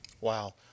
Wow